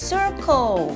Circle